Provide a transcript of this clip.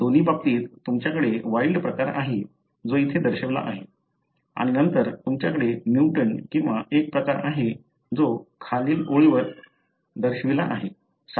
दोन्ही बाबतीत तुमच्याकडे वाइल्ड प्रकार आहे जो येथे दर्शविला आहे आणि नंतर तुमच्याकडे म्युटंट किंवा एक प्रकार आहे जो खालील ओळीवर दर्शविला आहे